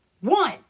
One